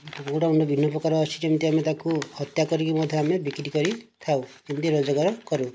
କୁକୁଡ଼ା ଗୁଡ଼ା ବିଭିନ୍ନ ପ୍ରକାର ଅଛି ଯେମିତି ଆମେ ତାକୁ ହତ୍ୟା କରିକି ଆମେ ବିକ୍ରି କରିଥାଉ ସେମିତି ରୋଜଗାର କରୁ